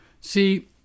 See